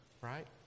right